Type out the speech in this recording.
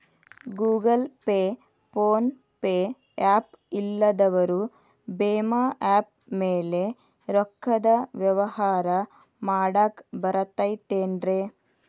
Google Pay, PhonePe app ಇಲ್ಲದವರು ಭೇಮಾ app ಲೇ ರೊಕ್ಕದ ವ್ಯವಹಾರ ಮಾಡಾಕ್ ಬರತೈತೇನ್ರೇ?